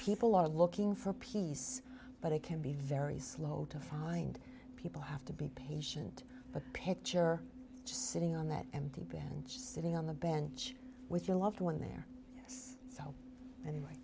people are looking for peace but it can be very slow to find people have to be patient but picture just sitting on that empty branch sitting on the bench with your loved one there so anyway